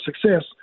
success